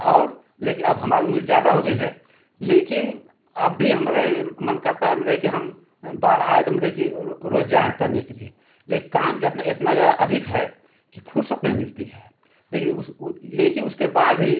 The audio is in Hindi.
और लेकिन अब हमारी उम्र ज़्यादा हो गई है लेकिन अब भी हमारे मन करता है कि मतलब कि हम बाढ़ आए तो मतलब कि रोज जाएँ तैरने के लिए लेक काम इतना ज़्यादा अधिक है कि फुरसत नहीं मिलती है लेकिन उस लेकिन उसके बाद भी